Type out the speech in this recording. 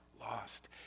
lost